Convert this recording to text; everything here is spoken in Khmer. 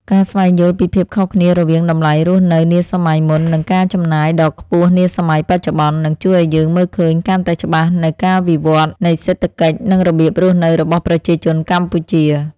ការស្វែងយល់ពីភាពខុសគ្នារវាងតម្លៃរស់នៅនាសម័យមុន និងការចំណាយដ៏ខ្ពស់នាសម័យបច្ចុប្បន្ន នឹងជួយឱ្យយើងមើលឃើញកាន់តែច្បាស់នូវការវិវត្តនៃសេដ្ឋកិច្ច និងរបៀបរស់នៅរបស់ប្រជាជនកម្ពុជា។